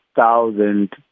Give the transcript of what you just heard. Thousand